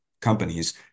companies